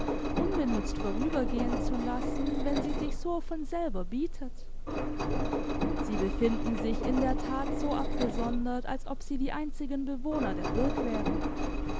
unbenutzt vorübergehen zu lassen wenn sie sich so von selber bietet sie befinden sich in der tat so abgesondert als ob sie die einzigen bewohner der burg wären